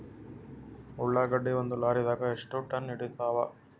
ಉಳ್ಳಾಗಡ್ಡಿ ಒಂದ ಲಾರಿದಾಗ ಎಷ್ಟ ಟನ್ ಹಿಡಿತ್ತಾವ?